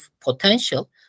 potential